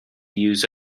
use